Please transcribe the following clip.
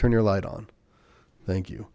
turn your light on thank you